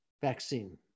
vaccine